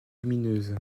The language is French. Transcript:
lumineuse